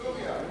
סוריה.